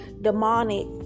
demonic